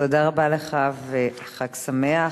תודה רבה לך וחג שמח.